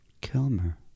Kilmer